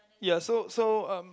ya so so um